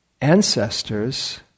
ancestors